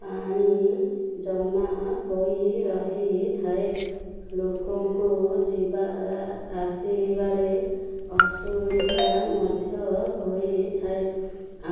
ପାଣି ଜମା ହେଇ ରହିଥାଏ ଲୋକଙ୍କୁ ଯିବା ଆସିବାରେ ଅସୁବିଧା ମଧ୍ୟ ହେଇଥାଏ